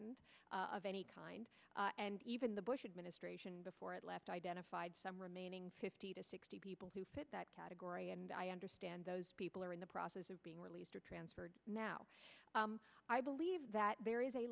t of any kind and even the bush administration before it left identified some remaining fifty to sixty people who fit that category and i understand those people are in the process of being released or transferred now i believe that there is a